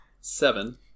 seven